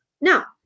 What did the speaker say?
Now